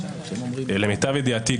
ולמיטב ידיעתי,